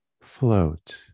float